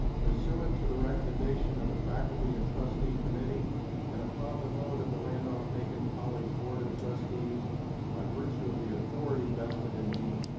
pursuant to the recommendation of the faculty and trustee committee and upon the vote of the randolph-macon college board of trustees by virtue of the authority vested in me,